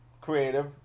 creative